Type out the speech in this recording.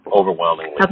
overwhelmingly